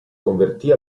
convertì